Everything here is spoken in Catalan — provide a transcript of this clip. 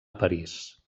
parís